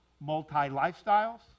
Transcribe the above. multi-lifestyles